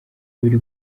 biri